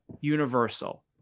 Universal